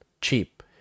cheap